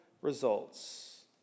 results